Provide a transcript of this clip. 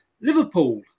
Liverpool